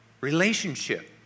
Relationship